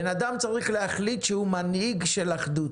בן אדם צריך להחליט שהוא מנהיג של אחדות,